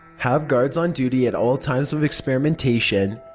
have guards on duty at all times of experimentation.